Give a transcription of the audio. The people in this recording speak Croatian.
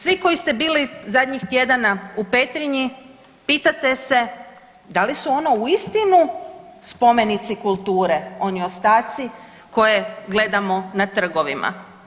Svi koji ste bili zadnjih tjedana u Petrinji, pitate se da li su ono uistinu spomenici kulturi, oni ostaci koje gledamo na trgovima?